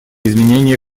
изменения